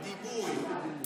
הגיבוי